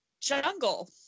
Jungle